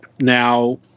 now